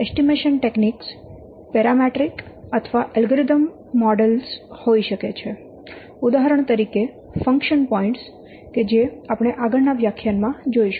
estimation techniques parametric અથવા algorithm મોડેલો હોઈ શકે છે ઉદાહરણ તરીકે ફંક્શન પોઇન્ટ કે જે આપણે આગળના વ્યાખ્યાન માં જોઇશું